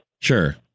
Sure